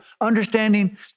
understanding